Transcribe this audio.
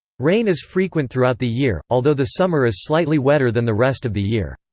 rain is frequent throughout the year, although the summer is slightly wetter than the rest of the year.